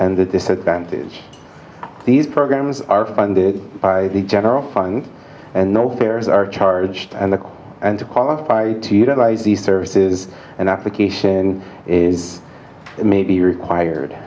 and the disadvantage these programs are funded by the general fund and no fares are charged and the and to qualify to utilize these services and application is maybe required